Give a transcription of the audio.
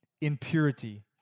impurity